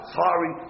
sorry